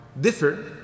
differ